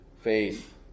faith